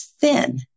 thin